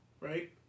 right